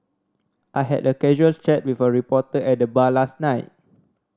I had a casual chat with a reporter at the bar last night